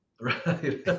Right